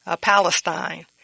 Palestine